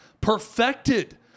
perfected